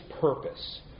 purpose